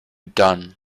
done